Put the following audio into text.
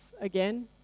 again